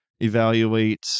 evaluate